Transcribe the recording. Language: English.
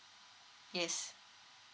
yes